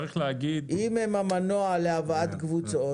אם הם המנוע להבאת קבוצות,